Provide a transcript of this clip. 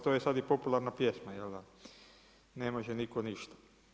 To je sad i popularna pjesma, jel' da ne može nitko ništa.